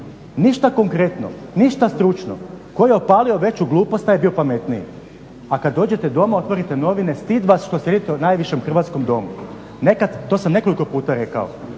ništa konkretno, ništa stručnog, tko je opalio veću glupost taj je bio pametniji. A kad dođete doma otvorite novine stid vas što sjedite u najvišem Hrvatskom domu. To sam nekoliko puta rekao.